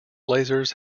lasers